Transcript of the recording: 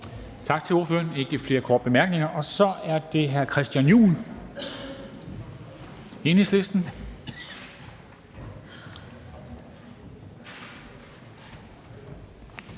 Tak til ordføreren. Der er ikke flere korte bemærkninger. Så er det hr. Christian Juhl, Enhedslisten.